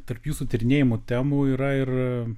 tarp jūsų tyrinėjamų temų yra ir